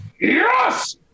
Yes